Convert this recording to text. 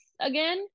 again